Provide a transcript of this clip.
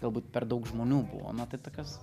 galbūt per daug žmonių buvo na tai tokios